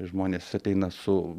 žmonės ateina su